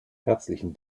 herzlichen